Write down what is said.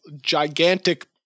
gigantic